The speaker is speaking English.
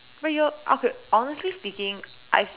but your okay honestly speaking I